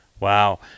Wow